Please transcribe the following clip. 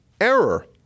error